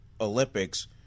Olympics